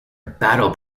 battle